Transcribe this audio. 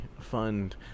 fund